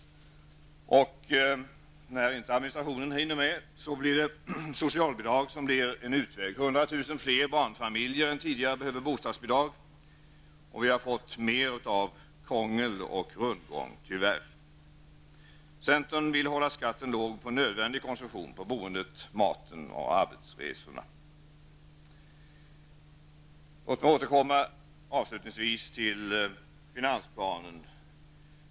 När administrationen inte hinner med blir socialbidrag en utväg. 100 000 fler barnfamiljer än tidigare behöver bostadsbidrag. Vi har fått mer av krångel och rundgång tyvärr. Centern vill hålla skatten låg på nödvändig konsumtion -- på boendet, maten och arbetsresorna. Låt mig avslutningsvis återkomma till finansplanen.